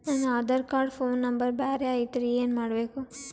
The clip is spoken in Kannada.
ನನ ಆಧಾರ ಕಾರ್ಡ್ ಫೋನ ನಂಬರ್ ಬ್ಯಾರೆ ಐತ್ರಿ ಏನ ಮಾಡಬೇಕು?